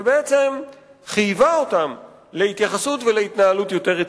שבעצם חייבה אותם להתייחסות ולהתנהלות יותר רצינית.